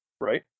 right